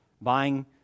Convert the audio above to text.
buying